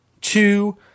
Two